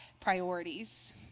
priorities